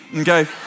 Okay